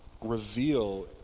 reveal